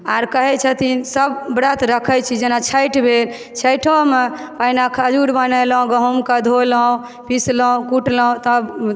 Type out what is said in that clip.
आओर कहय छथिन सभ ब्रत रखे छी जेना छठि भेल छठिओमऽ अहिना खजूर बनेलहुँ गहुमकऽ धोलहुँ पिसलहुँ कुटलहुँ तब